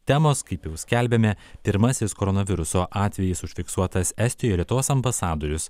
temos kaip jau skelbėme pirmasis koronaviruso atvejis užfiksuotas estijoj lietuvos ambasadorius